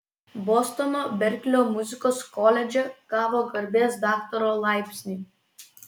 bostono berklio muzikos koledže gavo garbės daktaro laipsnį